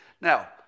Now